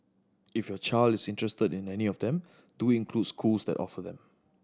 if your child is interested in any of them do include schools that offer them